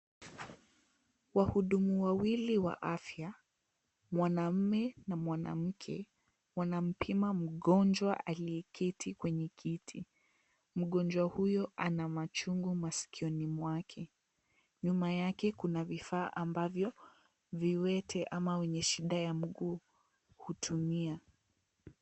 Wahudumu wawili wa afya; mwanamume na mwanamke, wanampima mgonjwa aliyeketi kwenye kiti. Mgonjwa huyu ana machungu masikioni mwake. Nyuma yake kuna vifaa ambavyo viwete ama au wenye shida ya miguu hutumia.